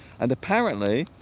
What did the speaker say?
and apparently